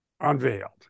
unveiled